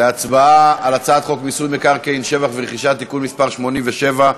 להצבעה על הצעת חוק מיסוי מקרקעין (שבח ורכישה) (תיקון מס' 87),